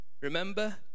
remember